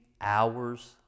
hours